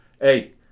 Hey